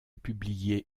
publiées